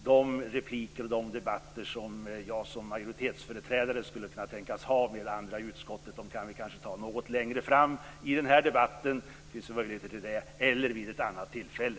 De repliker och de debatter som jag som majoritetsföreträdare skulle kunna tänkas ha med andra i utskottet kan vi kanske ta något senare i debatten. Det finns ju möjligheter till det. Annars kan vi ta det vid ett annat tillfälle.